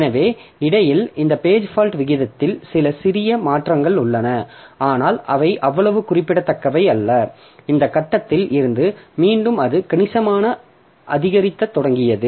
எனவே இடையில் இந்த பேஜ் ஃபால்ட் விகிதத்தில் சில சிறிய மாற்றங்கள் உள்ளன ஆனால் அவை அவ்வளவு குறிப்பிடத்தக்கவை அல்ல இந்த கட்டத்தில் இருந்து மீண்டும் அது கணிசமாக அதிகரிக்கத் தொடங்கியது